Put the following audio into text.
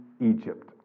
Egypt